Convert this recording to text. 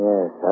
Yes